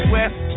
West